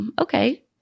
okay